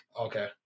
Okay